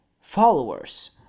followers